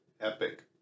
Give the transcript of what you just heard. Epic